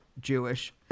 Jewish